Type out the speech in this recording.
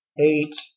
eight